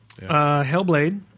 Hellblade